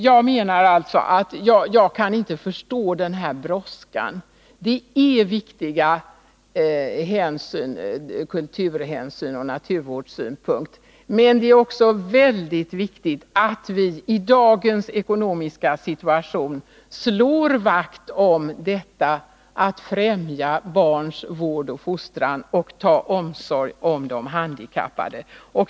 Jag kan alltså inte förstå den brådska som visas. Det är här fråga om viktiga kulturhänsyn och naturvårdssynpunkter, men det är också mycket viktigt att vi i dagens ekonomiska situation slår vakt om arvsfondens syfte att främja barns vård och fostran och omsorgen om de handikappade.